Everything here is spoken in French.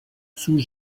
sous